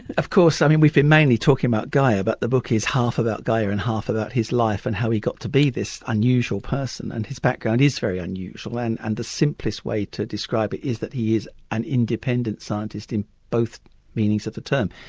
of course we've been mainly talking about gaia but the book is half about gaia and half about his life and how he got to be this unusual person, and his background is very unusual, and and the simplest way to describe it is that he is an independent scientist in both meanings of the term.